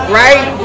right